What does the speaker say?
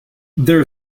there